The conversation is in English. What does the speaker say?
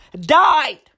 died